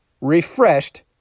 refreshed